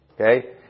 Okay